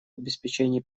обеспечении